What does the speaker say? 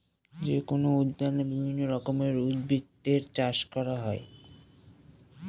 যেকোনো উদ্যানে বিভিন্ন রকমের উদ্ভিদের চাষ করা হয়